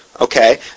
Okay